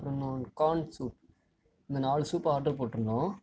அப்புறம் இன்னொன்று corn soup இந்த நாலு சூப்பு ஆர்ட்ரு போட்டிருந்தோம்